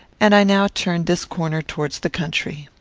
and i now turned this corner towards the country.